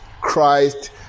Christ